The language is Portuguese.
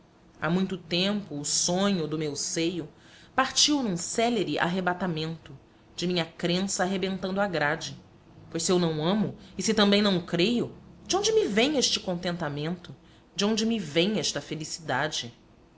há muito tempo o sonho do meu seio partiu num célere arrebatamento de minha crença arrebentando a grade pois se eu não amo e se também não creio de onde me vem este contentamento de onde me vem esta felicidade